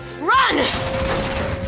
run